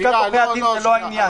לשכת עורכי הדין הם לא העניין.